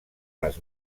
les